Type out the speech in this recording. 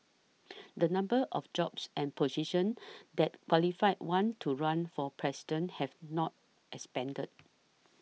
the numbers of jobs and positions that qualify one to run for President have not expanded